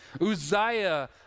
Uzziah